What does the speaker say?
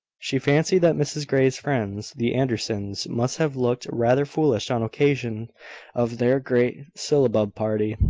she fancied that mrs grey's friends, the andersons, must have looked rather foolish on occasion of their great syllabub party.